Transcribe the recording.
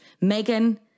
Megan